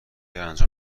انجام